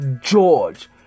George